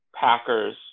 Packers